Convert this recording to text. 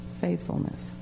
Faithfulness